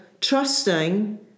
trusting